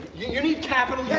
you you need capital? yeah